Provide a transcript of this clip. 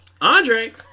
Andre